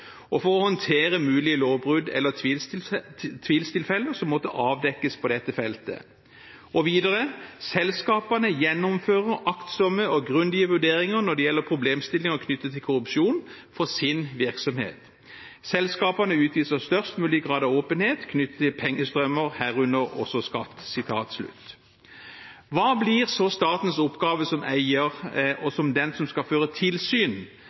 og for å håndtere mulige lovbrudd eller tvilstilfeller som måtte avdekkes på dette feltet.» Videre heter det: «Selskapene gjennomfører aktsomme og grundige vurderinger når det gjelder problemstillinger knyttet til korrupsjon for sin virksomhet.» Og: «Selskapene utviser størst mulig grad av åpenhet knyttet til pengestrømmer, herunder også skatt.» Hva blir så statens oppgave som eier og som den som skal føre tilsyn